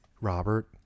Robert